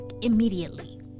immediately